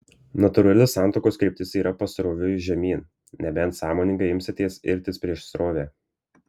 natūrali santuokos kryptis yra pasroviui žemyn nebent sąmoningai imsitės irtis prieš srovę